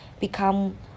become